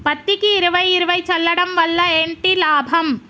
పత్తికి ఇరవై ఇరవై చల్లడం వల్ల ఏంటి లాభం?